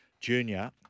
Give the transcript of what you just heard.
Junior